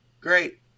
great